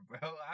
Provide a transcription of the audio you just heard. bro